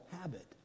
habit